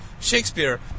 Shakespeare